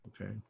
Okay